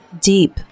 deep